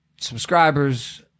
subscribers